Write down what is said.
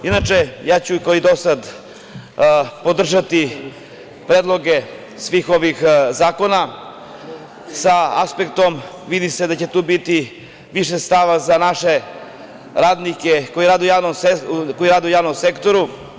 Inače, ja ću kao i do sada podržati predloge svih ovih zakona sa aspektom, vidi se da će tu biti više sredstava za naše radnike koji rade u javnom sektoru.